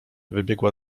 wybiegła